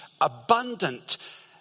abundant